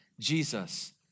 Jesus